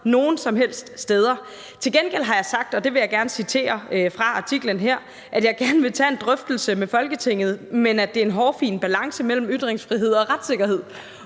nogen som helst steder. Til gengæld har jeg sagt – og det vil jeg gerne citere fra artiklen her – at jeg gerne vil tage en drøftelse med Folketinget, men at det er en hårfin balance mellem ytringsfrihed og retssikkerhed.